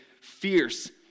fierce